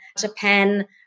Japan